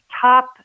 top